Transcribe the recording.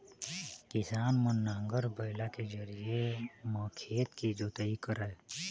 किसान मन नांगर, बइला के जरिए म खेत के जोतई करय